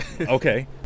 okay